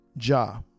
ja